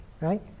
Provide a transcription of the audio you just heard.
right